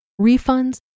refunds